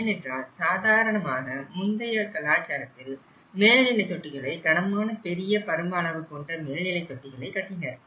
ஏனென்றால் சாதாரணமாக முந்தைய கலாச்சாரத்தில் மேல்நிலை தொட்டிகளை கனமான பெரிய பரும அளவு கொண்ட மேல்நிலை தொட்டிகளை கட்டினர்